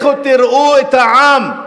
לכו תראו את העם,